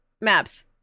maps